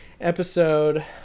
episode